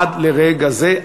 עד לרגע זה,